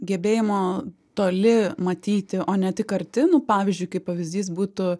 gebėjimo toli matyti o ne tik arti nu pavyzdžiui kaip pavyzdys būtų